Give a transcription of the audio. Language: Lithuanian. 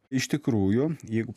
iš tikrųjų jeigu